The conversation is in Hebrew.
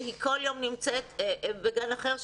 והיא כל יום נמצאת בגן אחר,